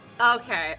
Okay